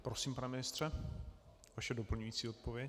Prosím, pane ministře, vaše doplňující odpověď.